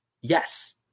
Yes